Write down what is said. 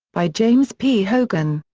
by james p. hogan.